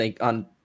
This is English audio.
on